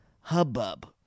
hubbub